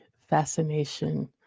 fascination